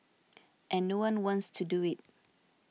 and no one wants to do it